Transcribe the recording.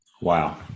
Wow